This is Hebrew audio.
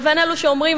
לבין אלה שאומרים,